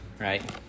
Right